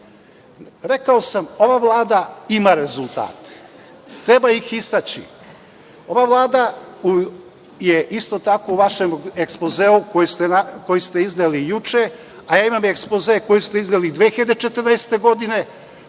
sam, ova Vlada ima rezultate, treba ih istaći. Ova Vlada je isto tako u vašem ekspozeu koji ste izneli juče, a ja imam ekspoze koji ste izneli 2014. godine,